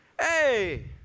Hey